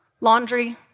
laundry